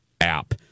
app